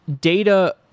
data